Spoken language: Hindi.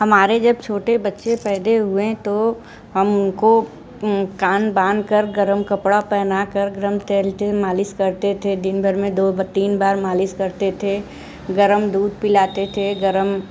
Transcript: हमारे जब छोटे बच्चे पैदे हुए तो हमको कान बांध कर गर्म कपड़ा पहनाकर गर्म तेल से मालिश करते थे दिन भर में दो तीन बार मालिश करते थे गर्म दूध पिलाते थे गर्म हल्का